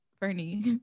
Bernie